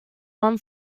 one